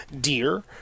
dear